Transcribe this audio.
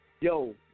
yo